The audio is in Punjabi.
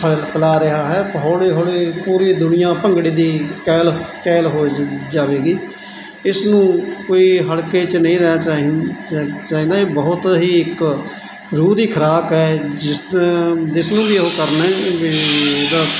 ਫੈਲ ਫੈਲਾ ਰਿਹਾ ਹੈ ਹੌਲੀ ਹੌਲੀ ਪੂਰੀ ਦੁਨੀਆ ਭੰਗੜੇ ਦੀ ਕੈਲ ਕੈਲ ਹੋਜੂਗੀ ਜਾਵੇਗੀ ਇਸ ਨੂੰ ਕੋਈ ਹਲਕੇ 'ਚ ਨਹੀਂ ਰਹਿ ਸਾ ਸਾ ਸਕਦੇ ਇਹ ਬਹੁਤ ਹੀ ਇੱਕ ਰੂਹ ਦੀ ਖੁਰਾਕ ਹੈ ਜਿਸ ਜਿਸ ਨੂੰ ਵੀ ਉਹ ਕਰਨਾ